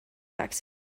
accent